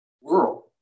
world